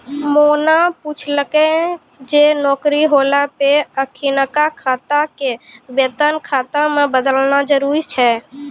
मोना पुछलकै जे नौकरी होला पे अखिनका खाता के वेतन खाता मे बदलना जरुरी छै?